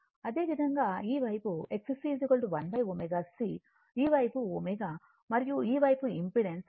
అదే విధంగా ఈ వైపు XC1ωC ఈ వైపు ω మరియు ఈ వైపు ఇంపెడెన్స్ ఉంది